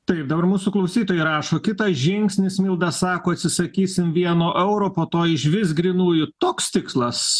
taip dabar mūsų klausytojai rašo kitas žingsnis milda sako atsisakysim vieno euro po to išvis grynųjų toks tikslas